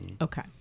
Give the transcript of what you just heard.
okay